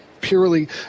purely